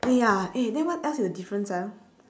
eh ya eh then what else is the differene ah